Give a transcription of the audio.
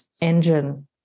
engine